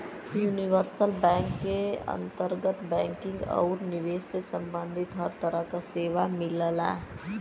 universal bank क अंतर्गत banking आउर निवेश से सम्बंधित हर तरह क सेवा मिलला